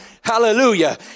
hallelujah